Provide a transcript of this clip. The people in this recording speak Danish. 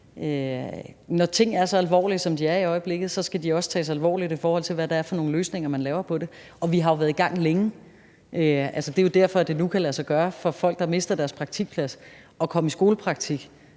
når ting er så alvorlige, som de er i øjeblikket, så skal de også tages alvorligt, i forhold til hvad det er for nogle løsninger, man laver på det – og vi har jo været i gang længe. Det er jo derfor, at det nu kan lade sig gøre for folk, der mister deres praktikplads, at komme i skolepraktik,